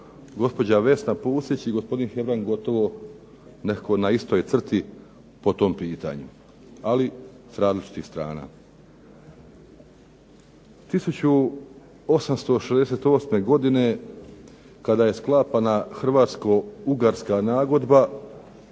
gospođa Vesna Pusić i gospodin Hebrang gotovo nekako na istoj crti po tom pitanju, ali s različitih strana. 1868. godine kada je sklapana Hrvatsko-ugarska nagodba